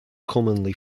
commonly